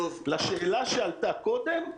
לשאלה שעלתה קודם: